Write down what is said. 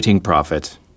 profit